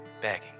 Begging